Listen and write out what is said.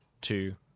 two